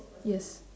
yes